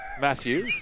Matthew